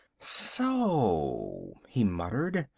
so, he muttered,